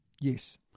Yes